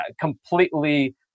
completely